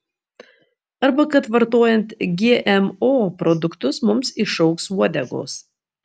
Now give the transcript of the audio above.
arba kad vartojant gmo produktus mums išaugs uodegos